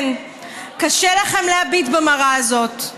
כן, קשה לכם להביט במראה הזאת.